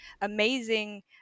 amazing